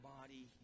body